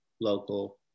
local